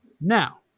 Now